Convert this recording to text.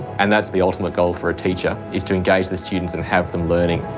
and that's the ultimate goal for a teacher is to engage the students and have them learning.